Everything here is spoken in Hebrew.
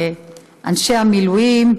אנשי המילואים,